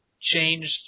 changed